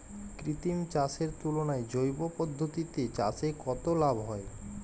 কৃত্রিম চাষের তুলনায় জৈব পদ্ধতিতে চাষে কত লাভ হয়?